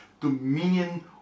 dominion